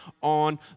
on